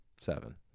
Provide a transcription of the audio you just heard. seven